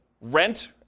rent